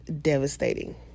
devastating